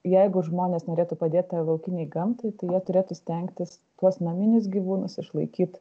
jeigu žmonės norėtų padėt tai laukinei gamtai tai jie turėtų stengtis tuos naminis gyvūnas išlaikyt